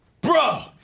Bro